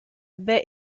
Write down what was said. baie